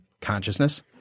Consciousness